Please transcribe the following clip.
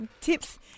Tips